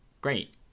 Great